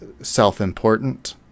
self-important